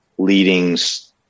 leadings